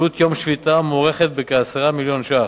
עלות יום שביתה מוערכת בכ-10 מיליון שקל,